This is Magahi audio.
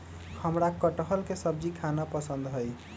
हमरा कठहल के सब्जी खाना पसंद हई